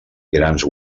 grans